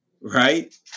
right